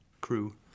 crew